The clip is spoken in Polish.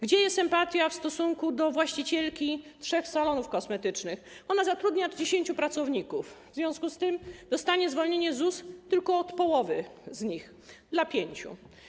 Gdzie jest empatia w stosunku do właścicielki trzech salonów kosmetycznych, która zatrudnia 10 pracowników, w związku z tym dostanie zwolnienie z ZUS tylko dla połowy z nich, dla pięciu?